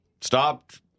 stopped